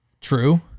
true